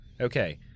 Okay